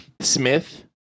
Smith